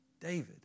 David